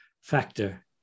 factor